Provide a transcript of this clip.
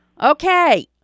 Okay